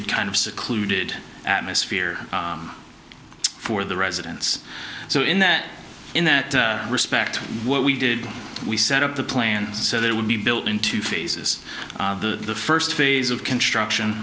kind of secluded atmosphere for the residents so in that in that respect what we did we set up the plan so that it would be built in two phases the first phase of construction